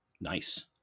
Nice